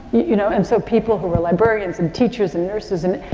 you know? and so, people who were librarians and teachers and nurses and,